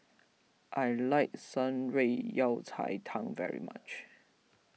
I like Shan Rui Yao Cai Tang very much